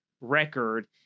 record